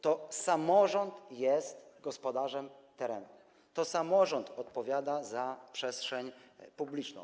To samorząd jest gospodarzem terenu, to samorząd odpowiada za przestrzeń publiczną.